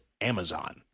Amazon